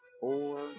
four